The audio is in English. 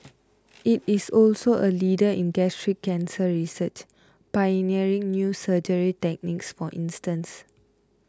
it is also a leader in gastric cancer research pioneering new surgery techniques for instance